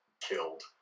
killed